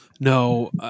No